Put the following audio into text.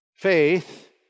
Faith